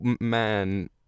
man